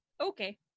Okay